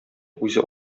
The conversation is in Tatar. үзе